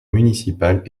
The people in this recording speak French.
municipale